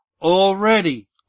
already